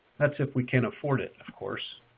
that's if we can afford it, of course.